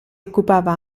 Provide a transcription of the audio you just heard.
occupava